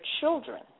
children